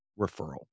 referral